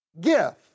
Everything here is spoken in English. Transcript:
gift